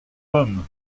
pomme